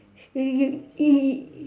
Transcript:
you you you you